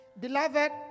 Beloved